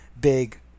Big